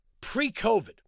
pre-COVID